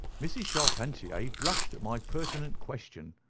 mrs. charpentier blushed at my pertinent question.